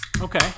Okay